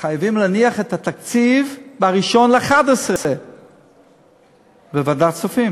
חייבים להניח את התקציב ב-1.11 בוועדת הכספים